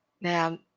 Now